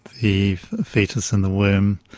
the foetus in the womb